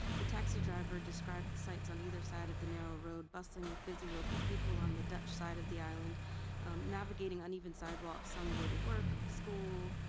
the taxi driver described the sights on either side of the narrow road bustling with busy local people on the dutch side of the island navigating uneven sidewalks on the way to work, school,